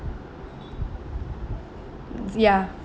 mm ya